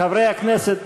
חברי הכנסת,